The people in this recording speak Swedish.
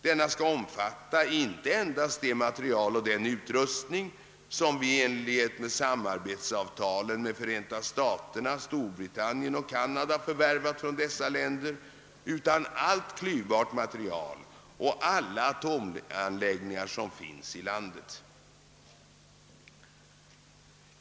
Denna skall omfatta inte endast det material och den utrustning som vi enligt samarbetsavtalen med Förenta staterna, Storbritannien och Kanada förvärvat från dessa länder, utan allt klyvbart material och alla atomanläggningar som finns i Sverige.